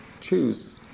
choose